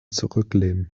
zurücklehnen